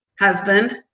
husband